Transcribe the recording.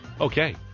Okay